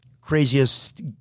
craziest